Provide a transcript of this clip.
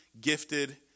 gifted